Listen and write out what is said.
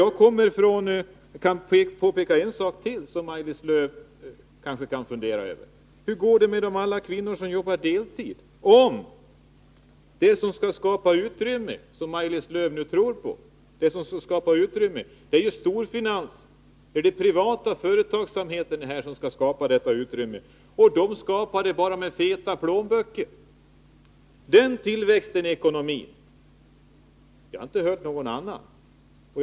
Jag vill påpeka en sak till, som Maj-Lis Lööw kanske kan fundera över. Hur går det med alla de kvinnor som jobbar deltid om de som skall skapa utrymmet — som Maj-Lis Lööw nu tror på — är storfinansen, den privata företagsamheten? De skapar utrymme bara med feta plånböcker. Jag har inte hört någon annan tala om den tillväxten i ekonomin.